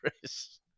chris